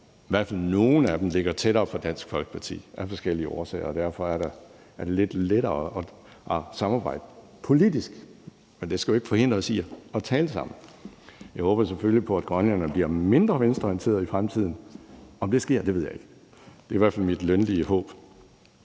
i hvert fald nogle af dem, ligger tættere på Dansk Folkeparti af forskellige årsager. Derfor er det lidt lettere at samarbejde politisk, men det skal ikke forhindre os i at tale sammen. Jeg håber selvfølgelig på, at grønlænderne bliver mindre venstreorienterede i fremtiden. Om det sker, ved jeg ikke. Det er i hvert fald mit lønlige håb.